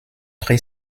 pré